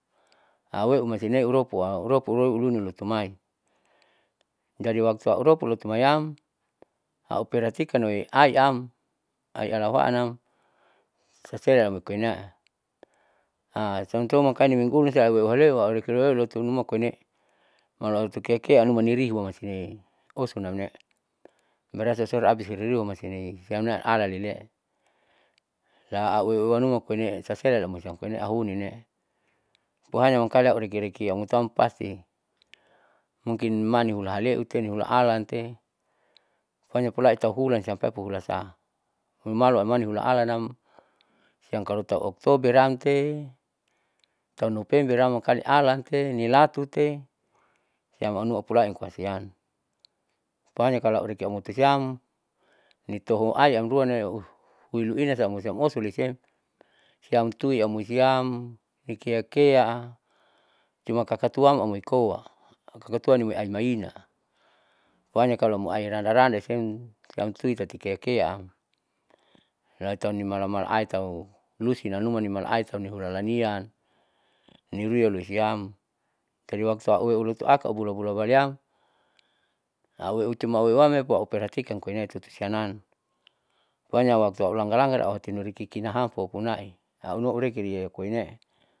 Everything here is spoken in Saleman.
Auweuimasineua uropua uropu uruniialotomai, jadi waktu auropu lotumaiam auperatikanuei aiam, aialawaannam saseleamoi koine'e samtua mangkali nimingulusia lotunuma koine'e malu autukeakea anumariumanasine'e usunamne'e merasasau abisiriruamai siane'e siamne alalile'e. la aueunuma koine'e sasela amoisiam koine'e ahunine'e, pohanya mangkali aurekireki aumutau pasti mungkin mani hulahaleute hula alante pohanya pulai tauhulan siam paipuhulasa huimalu amanni hula alannam siam karota oktoberamte taunovember amalante nilatute siam aunuma polai koasian. pohanya aureki aumotusiam nitohuai uruamne huiluina siamosuosulesiam siamtui amoisiam nikeakea cuma kakatuaam amoikoa kakatua amoiaimaina pohanya kalo airanda randasiam siamtui tati keakeaam latauni malamala aitau lusi nanuma nimala aitau nihulamania niuruia loisiam tadiwaktu auletuaka bulabulabaleam auwecuma auwemepo auperatikan koine tutusianan. pohanya waktu aulanggar langar auhati nurekikinahapo pona'i aunua porekikie koine'e.